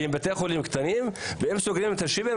כי הם בתי חולים קטנים ואם סוגרים את השיבר,